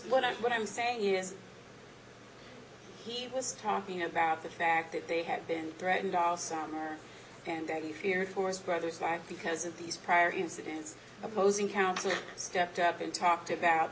what i what i'm saying here is talking about the fact that they had been threatened our summer and that he feared for his brother's life because of these prior incidents opposing counsel stepped up and talked about